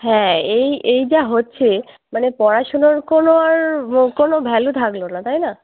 হ্যাঁ এই এই যা হচ্ছে মানে পড়াশুনোর কোনো আর কোনো ভ্যালু থাকলো না তাই না